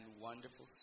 wonderful